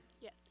Yes